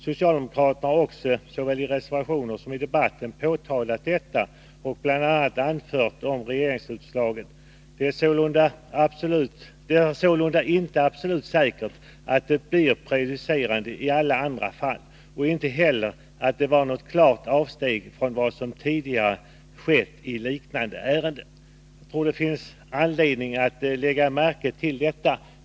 Socialdemokraterna har också såväl i reservationer som i debatten i december påtalat detta och bl.a. anfört följande om regeringsrättsutslaget: Det är sålunda inte absolut säkert att det blir prejudicerande i alla andra fall, och inte heller att det var något klart avsteg från vad som tidigare skett i liknande ärenden. Det finns anledning att lägga märke till detta.